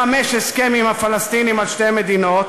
לממש הסכם עם הפלסטינים על שתי מדיניות,